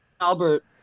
Albert